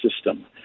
system